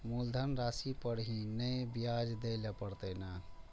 मुलधन राशि पर ही नै ब्याज दै लै परतें ने?